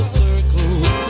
circles